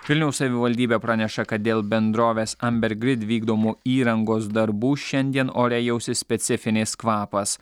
vilniaus savivaldybė praneša kad dėl bendrovės ambergrid vykdomų įrangos darbų šiandien ore jausis specifinis kvapas